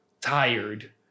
tired